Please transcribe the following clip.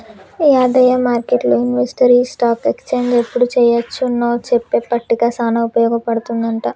యాదయ్య మార్కెట్లు ఇన్వెస్టర్కి ఈ స్టాక్ ఎక్స్చేంజ్ ఎప్పుడు చెయ్యొచ్చు నో చెప్పే పట్టిక సానా ఉపయోగ పడుతుందంట